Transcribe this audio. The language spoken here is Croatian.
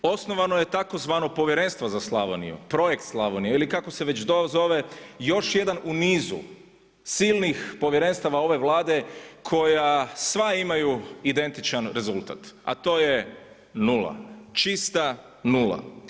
Osnovano je tzv. Povjerenstvo za Slavoniju, Projekt Slavonija ili kako se već to zove još jedan u niz silnih povjerenstava ove Vlade koja sva imaju identičan rezultat a to je nula, čista nula.